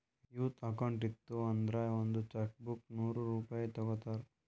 youth account ಇತ್ತು ಅಂದುರ್ ಒಂದ್ ಚೆಕ್ ಬುಕ್ಗ ನೂರ್ ರೂಪೆ ತಗೋತಾರ್